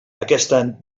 aquesta